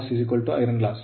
153ಕಿಲೋವ್ಯಾಟ್ ಆಗಿದೆ